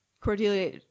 cordelia